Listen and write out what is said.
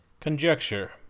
Conjecture